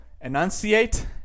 enunciate